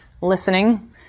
listening